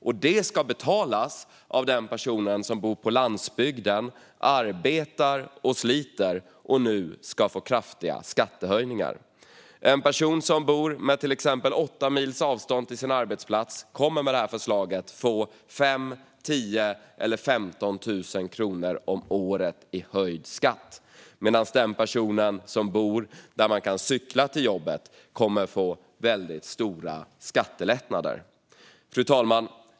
Detta ska betalas av den person som bor på landsbygden och som arbetar och sliter. Denna person ska nu få kraftiga skattehöjningar. En person som bor på till exempel åtta mils avstånd från sin arbetsplats kommer med förslaget att få 5 000, 10 000 eller 15 000 kronor om året i höjd skatt, medan den person som bor där man kan cykla till jobbet kommer att få stora skattelättnader.